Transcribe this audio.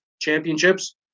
Championships